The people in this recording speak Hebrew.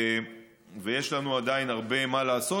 ויש לנו עדיין הרבה מה לעשות,